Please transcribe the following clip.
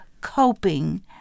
coping